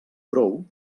brou